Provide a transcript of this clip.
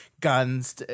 guns